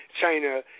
China